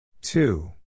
Two